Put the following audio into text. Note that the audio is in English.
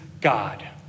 God